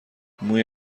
موی